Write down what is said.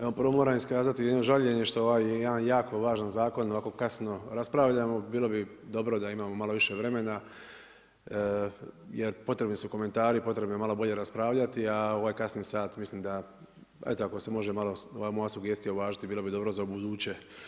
Evo prvo moram iskazati jedno žaljenje što ovaj jedan jako važan zakon ovako kasno raspravljamo, bilo bi dobro da imamo malo više vremena jer potrebni su komentari, potrebno je malo bolje raspravljati a u ovaj kasni sat mislim da, eto ako se može ova moja sugestija uvažiti, bilo bi dobro za ubuduće.